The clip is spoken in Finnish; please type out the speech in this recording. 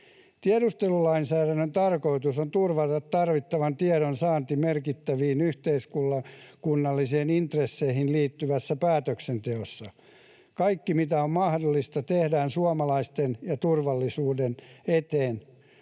Tiedustelulainsäädännön tarkoitus on turvata tarvittavan tiedon saanti merkittäviin yhteiskunnallisiin intresseihin liittyvässä päätöksenteossa. Kaikki, mikä on mahdollista, tehdään suomalaisten ja turvallisuuden eteen